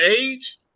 age